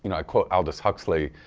you know i quote aldous huxley,